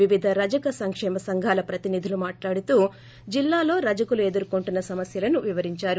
వివిధ రజక సంక్షేమ సంఘాల ప్రతినిధులు మాట్లాడుతూ జిల్లాలో రజకులు ఎదుర్కొంటున్న సమస్యలను వివరించారు